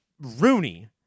Rooney